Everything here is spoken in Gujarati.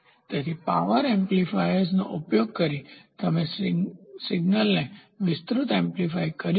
તેથી પાવર એમ્પ્લીફાયર્સનો ઉપયોગ કરી કે તમે સિગ્નલને વિસ્તૃત એમ્પ્લીફાય કરી શકો